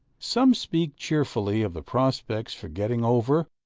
some speak cheerfully of the prospects for getting over,